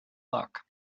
luck